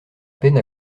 peine